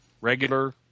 regular